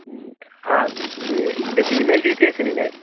ഉം ആ ഇത് ഫീമെയിൽ ടീച്ചേഴ്സിനില്ലേ